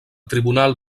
tribunal